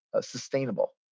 sustainable